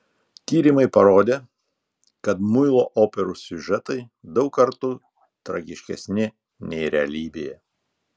tyrimai parodė kad muilo operų siužetai daug kartų tragiškesni nei realybėje